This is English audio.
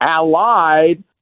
allied